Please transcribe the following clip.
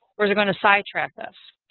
or is it going to sidetrack us?